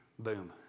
Boom